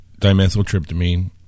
dimethyltryptamine